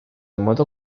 modo